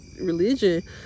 religion